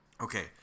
okay